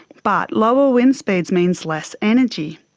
but lower wind speeds means less energy.